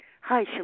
Hi